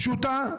פשוטה,